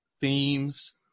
themes